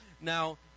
Now